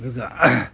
ꯑꯗꯨꯒ